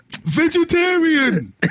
Vegetarian